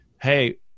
Hey